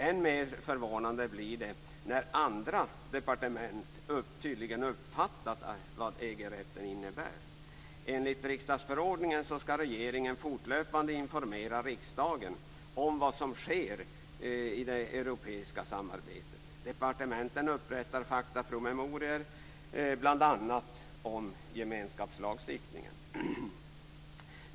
Än mer förvånande blir det när andra departement tydligen uppfattat vad EG-rätten innebär. Enligt riksdagsförordningen skall regeringen fortlöpande informera riksdagen om vad som sker i det europeiska samarbetet. Departementen upprättar faktapromemorior om bl.a. gemenskapslagstiftningen.